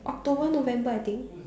October November I think